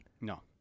No